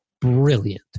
Brilliant